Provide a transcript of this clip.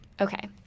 Okay